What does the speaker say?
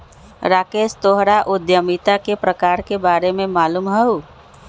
राकेश तोहरा उधमिता के प्रकार के बारे में मालूम हउ